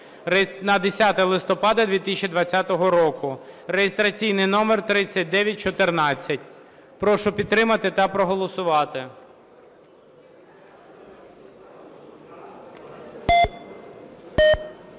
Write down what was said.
на 10 листопада 2020 року (реєстраційний номер 3914). Прошу підтримати та проголосувати.